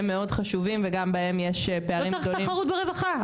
הם מאוד חשובים וגם בהם יש פערים גדולים --- לא צריך תחרות ברווחה,